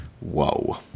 Whoa